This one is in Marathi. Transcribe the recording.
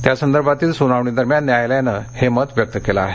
त्यासंदर्भातील सुनावणी दरम्यान न्यायालयानं हे मत व्यक्त केलं आहे